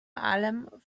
allem